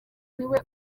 niwe